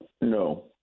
No